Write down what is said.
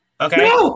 Okay